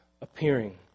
appearing